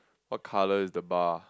what colour is the bar